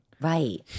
Right